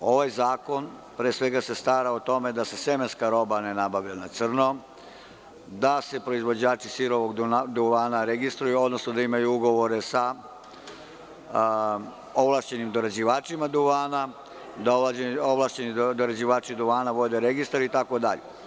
Ovaj zakon pre svega se stara da se semenska roba ne nabavlja na crno, da se proizvođači sirovog duvana registruju, odnosno da imaju ugovore sa ovlašćenim prerađivačima duvana, da oni vode registar itd.